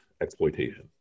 exploitation